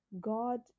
God